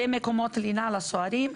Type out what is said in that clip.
ומקומות לינה לסוהרים.